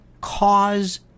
cause